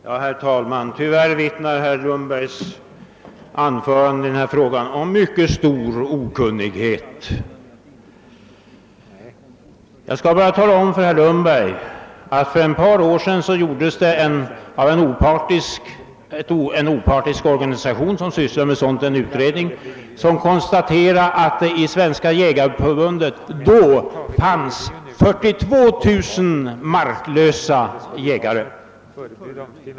Herr talman! Tyvärr vittnar herr Lundbergs anförande i denna fråga om mycket stor okunnighet. Jag skall bara tala om för herr Lundberg att för ett par år sedan gjordes av en opartisk organisation som sysslar med sådant en utredning, varigenom konstaterades att i Svenska jägareförbundet då fanns 42 000 marklösa jägare.